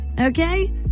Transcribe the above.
Okay